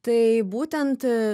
tai būtent